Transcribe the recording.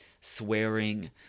swearing